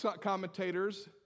commentators